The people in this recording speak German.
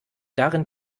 darin